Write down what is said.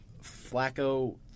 Flacco